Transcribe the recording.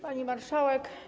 Pani Marszałek!